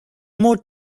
more